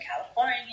California